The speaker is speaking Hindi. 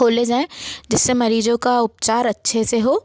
खोले जाये जिससे मरीजों का उपचार अच्छे से हो